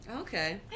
Okay